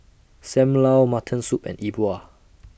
SAM Lau Mutton Soup and E Bua